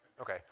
Okay